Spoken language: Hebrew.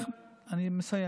אני מסיים.